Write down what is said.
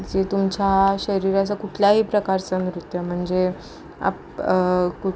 जे तुमच्या शरीराचं कुठल्याही प्रकारचं नृत्य म्हणजे आप